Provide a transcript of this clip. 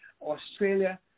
Australia